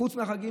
חוץ מהחגים,